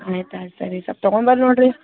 ಆಯ್ತು ಆಯ್ತು ಸರಿ ಸ್ವಲ್ಪ ತೊಗೊಂಡ್ಬರ್ರಿ ನೋಡ್ರಿ